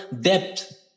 depth